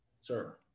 sir